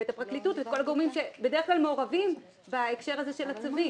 את הפרקליטות ואת כל הגורמים שבדרך כלל מעורבים בהקשר הזה של הצווים.